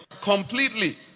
Completely